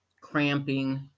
cramping